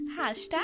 Hashtag